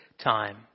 time